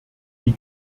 die